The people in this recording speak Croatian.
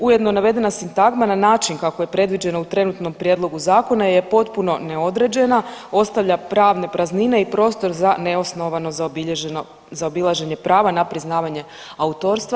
Ujedno navedena sintagma na način kako je predviđena u trenutnom prijedlogu zakona je potpuno neodređena, ostavlja pravne praznine i prostor za neosnovano zaobilaženje prava na priznavanje autorstva.